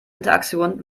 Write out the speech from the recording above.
interaktion